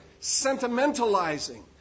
sentimentalizing